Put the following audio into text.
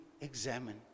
examine